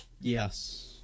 Yes